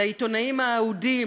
אל העיתונאים האהודים,